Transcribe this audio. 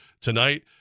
tonight